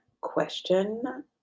question